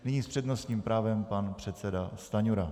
Nyní s přednostním právem pan předseda Stanjura.